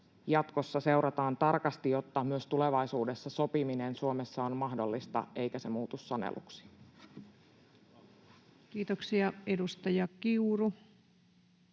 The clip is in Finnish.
jatkossa seurataan tarkasti, jotta myös tulevaisuudessa sopiminen Suomessa on mahdollista eikä se muutu saneluksi. [Speech 23] Speaker: